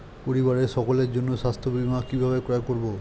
পরিবারের সকলের জন্য স্বাস্থ্য বীমা কিভাবে ক্রয় করব?